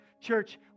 church